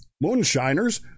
moonshiners